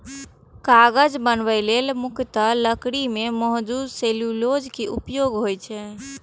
कागज बनबै लेल मुख्यतः लकड़ी मे मौजूद सेलुलोज के उपयोग होइ छै